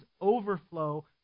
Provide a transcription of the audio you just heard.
overflow